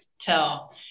tell